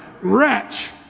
Wretch